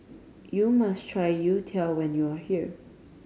you must try youtiao when you are here